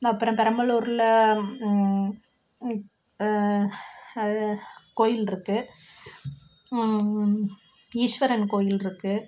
அப்புறம் பெரம்பலூரில் அது கோவில் இருக்குது ஈஸ்வரன் கோயில் இருக்குது